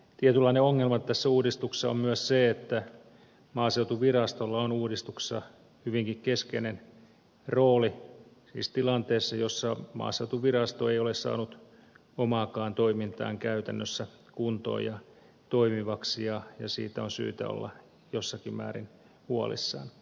tietynlainen ongelma tässä uudistuksessa on myös se että maaseutuvirastolla on uudistuksessa hyvinkin keskeinen rooli siis tilanteessa jossa maaseutuvirasto ei ole saanut omaakaan toimintaa käytännössä kuntoon ja siitä on syytä olla jossakin määrin huolissaan